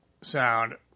sound